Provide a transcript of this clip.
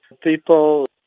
people